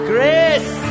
Grace